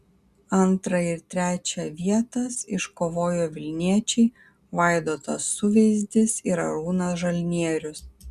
antrą ir trečią vietas iškovojo vilniečiai vaidotas suveizdis ir arūnas žalnierius